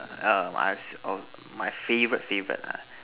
err my favourite favourite ah